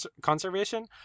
conservation